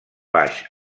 baix